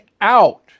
out